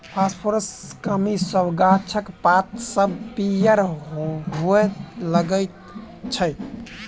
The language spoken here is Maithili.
फासफोरसक कमी सॅ गाछक पात सभ पीयर हुअ लगैत छै